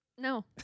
No